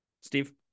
Steve